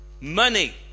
money